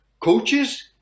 Coaches